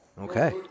Okay